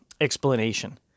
explanation